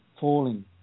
falling